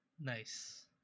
Nice